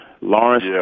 Lawrence